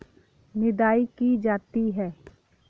निदाई की जाती है?